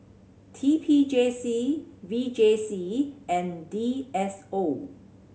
T P J C V J C and D S O